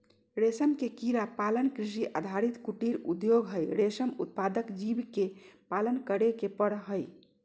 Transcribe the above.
रेशम के कीड़ा पालन कृषि आधारित कुटीर उद्योग हई, रेशम उत्पादक जीव के पालन करे के पड़ हई